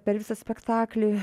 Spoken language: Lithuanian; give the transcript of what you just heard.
per visą spektaklį